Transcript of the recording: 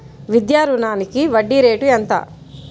విద్యా రుణానికి వడ్డీ రేటు ఎంత?